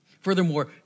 Furthermore